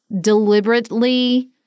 deliberately